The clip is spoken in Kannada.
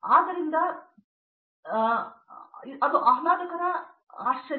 ಆದ್ದರಿಂದ ಅದು ಆಹ್ಲಾದಕರ ಆಶ್ಚರ್ಯ